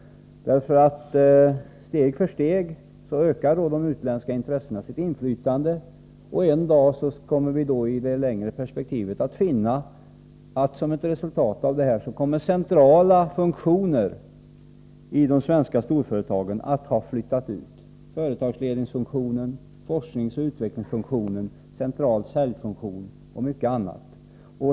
Steg för steg ökar de utländska intressena sitt inflytande, och en dag kommer vi i det längre perspektivet att finna att centrala funktioner i de svenska storföretagen har flyttat ut som ett resultat av detta — företagsledningsfunktionen, forskningsoch utvecklingsfunktionen, centrala säljfunktionen och mycket annat.